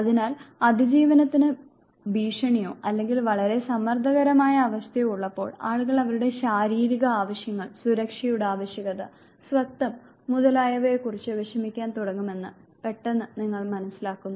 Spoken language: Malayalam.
അതിനാൽ അതിജീവനത്തിന് ഭീഷണിയോ അല്ലെങ്കിൽ വളരെ സമ്മർദ്ദകരമായ അവസ്ഥയോ ഉള്ളപ്പോൾ ആളുകൾ അവരുടെ ശാരീരിക ആവശ്യങ്ങൾ സുരക്ഷയുടെ ആവശ്യകത സ്വത്വം മുതലായവയെക്കുറിച്ച് വിഷമിക്കാൻ തുടങ്ങുമെന്ന് പെട്ടെന്ന് നിങ്ങൾ മനസ്സിലാക്കുന്നു